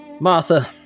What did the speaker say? Martha